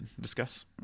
discuss